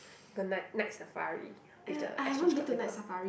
go night Night-Safari with the exchange club people